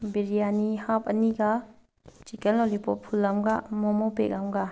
biryani half ꯑꯅꯤꯒ chicken lollipop full ꯑꯝꯒ momo pack ꯑꯃꯒ